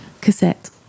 Cassette